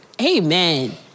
Amen